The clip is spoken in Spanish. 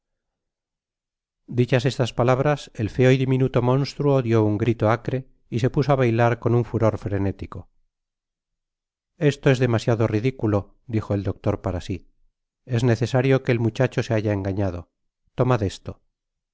dichas estas palabras el feo y diminuto monstruo dio un grito acre y se puso á bailar con un furor frenético esto es demasiado ridiculo dijo el doctor para si es necesario que el muchacho se haya engañado tomad esto